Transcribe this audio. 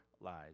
lies